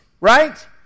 right